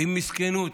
עם מסכנות,